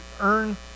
earn